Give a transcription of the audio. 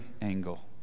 angle